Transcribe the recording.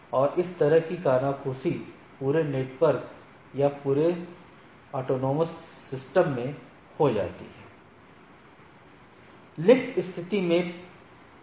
और इस तरह की कानाफूसी पूरे इंटरनेट या पूरे स्वायत्त तंत्र में हो जाती है